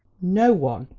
no one,